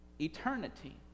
eternity